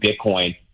Bitcoin